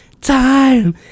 time